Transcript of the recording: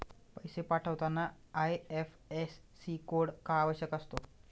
पैसे पाठवताना IFSC code का आवश्यक असतो?